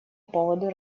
поводу